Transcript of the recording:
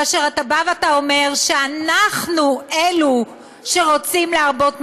כאשר אתה בא ואתה אומר שאנחנו אלו שרוצים להרבות מחלוקת,